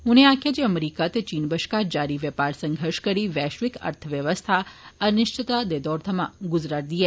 उनें आक्खेआ जे अमरीका ते चीन बष्कार जारी बपार संघर्श करी वैष्विक अर्थव्यवस्था अनिष्चितता दे दौर थमां गुजरै'रदी ऐ